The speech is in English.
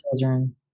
children